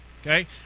Okay